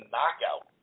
Knockout